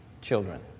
children